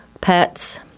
pets